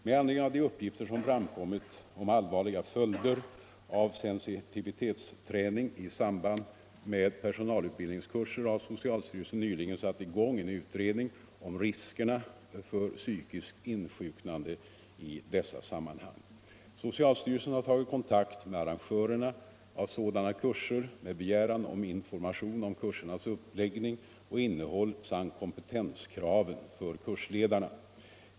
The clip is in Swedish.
Med anledning av de uppgifter som framkommit om allvarliga följder av sensitivitetsträning i samband med personalutbildningskurser har socialstyrelsen nyligen satt i gång en utredning om riskerna för psykiskt insjuknande i dessa sammanhang. Socialstyrelsen har tagit kontakt med arrangörerna av sådana kurser med begäran om information om kursernas uppläggning och innehåll samt kompetenskraven för kursledarna.